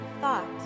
thought